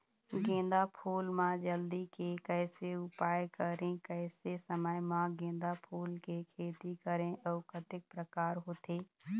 गेंदा फूल मा जल्दी के कैसे उपाय करें कैसे समय मा गेंदा फूल के खेती करें अउ कतेक प्रकार होथे?